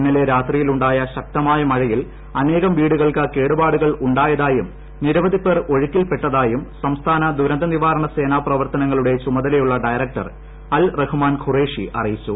ഇന്നലെ രാത്രിയിലുണ്ടായ ശക്തമായ മഴയിൽ അനേകം വീടുകൾക്ക് കേടുപാടുകൾ ഉണ്ടായതായും നിരവധി പേർ ഒഴുക്കിൽപ്പെട്ടതായും സംസ്ഥാന ദുരന്ത നിവാരണ സേന പ്രവർത്തനങ്ങളുടെ ചുമതലയുള്ള ഡയറക്ടർ അൽ റഹ്മാൻ ഖുറേഷി അറിയിച്ചു